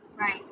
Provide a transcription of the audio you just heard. Right